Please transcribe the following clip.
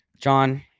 John